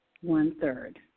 One-third